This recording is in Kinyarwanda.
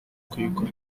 kuyigura